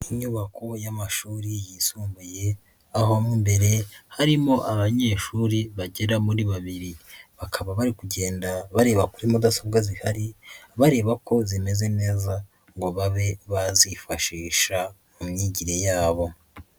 Inyubako y'amashuri yisumbuye, aho mo imbere harimo abanyeshuri bagera muri babiri. Bakaba bari kugenda bareba kuri mudasobwa zihari, bareba ko zimeze neza ngo babe bazifashisha mu myigire yabo.